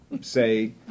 say